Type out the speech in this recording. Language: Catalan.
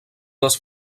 les